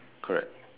correct